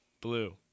Blue